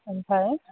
ओमफ्राय